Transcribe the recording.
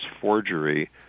forgery